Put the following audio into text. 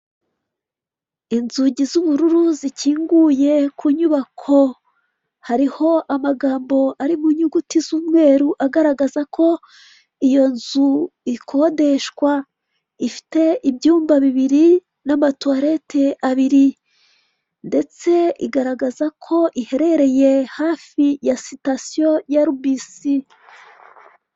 Inzugi z'ubururu zikinguye, ku nyubako hariho amagambo ari mu inyuguti z'umweru agaragaza ko iyo nzu ikodeshwa, ifite ibyumba bibiri n'amatuwarete abiri ndetse igaragaza ko iherereye hafi ya sitasiyo ya Rubisi.